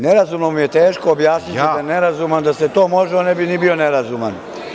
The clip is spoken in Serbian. Nerazumnom je teško objasniti da je nerazuman, da ste to, možda ne bi ni bio nerazuman.